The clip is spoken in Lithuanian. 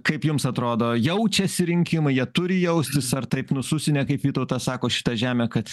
kaip jums atrodo jaučiasi rinkimai jie turi jaustis ar taip nususinę kaip vytautas sako šitą žemę kad